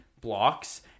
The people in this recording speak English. blocks